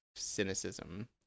cynicism